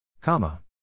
Comma